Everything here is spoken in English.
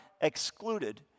excluded